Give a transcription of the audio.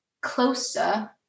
closer